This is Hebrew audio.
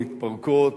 מתפרקות.